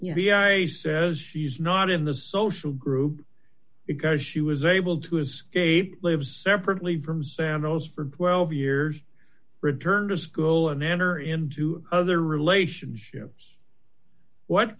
she's not in the social group because she was able to escape lives separately from san jose for twelve years return to school and enter into other relationships what